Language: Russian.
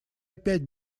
опять